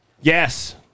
Yes